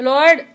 Lord